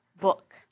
book